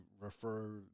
refer